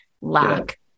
lack